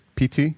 PT